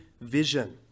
vision